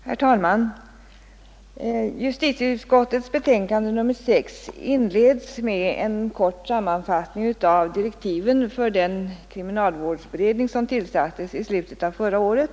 Herr talman! Justitieutskottets betänkande nr 6 inleds med en kort sammanfattning av direktiven för den kriminalvårdsberedning som tillsattes i slutet av förra året.